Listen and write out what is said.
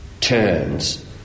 turns